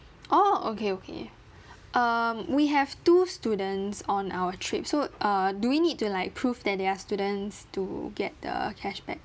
orh okay okay um we have two students on our trip so uh do we need to like prove that they're students to get the cashback